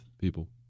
people